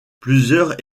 plusieurs